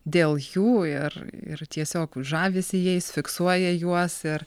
dėl jų ir ir tiesiog žavisi jais fiksuoja juos ir